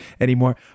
anymore